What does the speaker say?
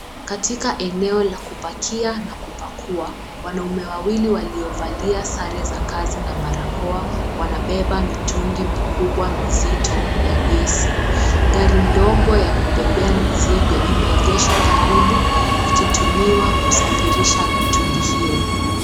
Katika eneo la kupakia na kupakua wanaume wawili waliovalia sare za kazi na barakoa wanabeba mitungi mikubwa mizito ya gesi. Gari ndogo ya kubebea imeegeshwa karibu ikitumiwa kusafirisha mitungi hiyo.